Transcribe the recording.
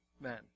men